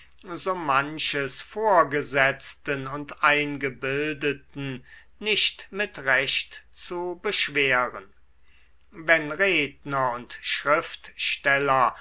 so manches vorgesetzten und eingebildeten nicht mit recht zu beschweren wenn redner und schriftsteller